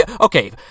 okay